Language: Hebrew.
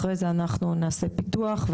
ולאחר מכן נעשה פיתוח,